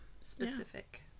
specific